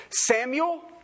Samuel